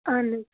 اَہَن حظ